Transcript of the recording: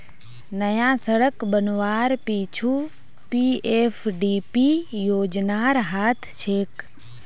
नया सड़क बनवार पीछू पीएफडीपी योजनार हाथ छेक